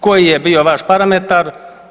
Koji je bio vaš parametar?